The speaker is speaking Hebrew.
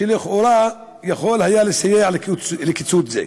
לכאורה היו יכולות לסייע, עם הקיצוץ הזה.